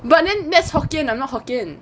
but that's hokkien I'm not hokkien